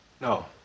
No